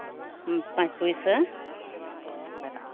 ᱯᱟᱸᱪ ᱯᱚᱭᱥᱟ